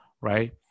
right